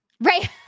Right